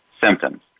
symptoms